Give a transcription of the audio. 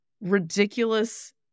ridiculous